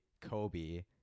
Kobe